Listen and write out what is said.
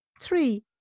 Three